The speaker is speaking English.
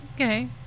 Okay